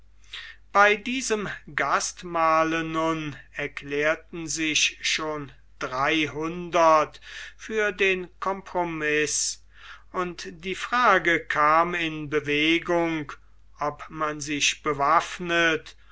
bei diesem gastmahle nun erklärten sich schon dreihundert für den compromiß und die frage kam in bewegung ob man sich bewaffnet